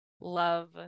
Love